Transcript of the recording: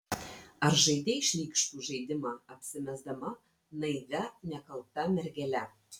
ar žaidei šlykštų žaidimą apsimesdama naivia nekalta mergele